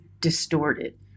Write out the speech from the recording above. distorted